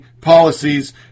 policies